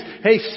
Hey